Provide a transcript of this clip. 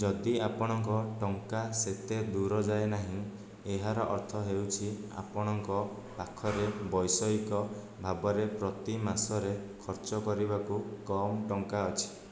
ଯଦି ଆପଣଙ୍କ ଟଙ୍କା ସେତେ ଦୂର ଯାଏ ନାହିଁ ଏହାର ଅର୍ଥ ହେଉଛି ଆପଣଙ୍କ ପାଖରେ ବୈଷୟିକ ଭାବରେ ପ୍ରତି ମାସରେ ଖର୍ଚ୍ଚ କରିବାକୁ କମ୍ ଟଙ୍କା ଅଛି